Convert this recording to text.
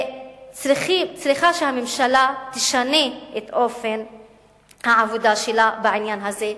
וצריך שהממשלה תשנה את אופן העבודה שלה בעניין הזה,